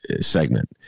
segment